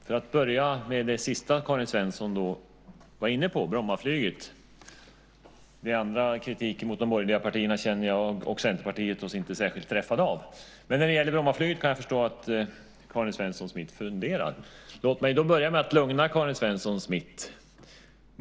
Herr talman! Låt mig börja med det sista som Karin Svensson Smith var inne på, Brommaflyget. Den övriga kritiken mot de borgerliga partierna känner jag och Centerpartiet oss inte särskilt träffade av. När det gäller Brommaflyget kan jag förstå att Karin Svensson Smith funderar. Låt mig därför lugna henne.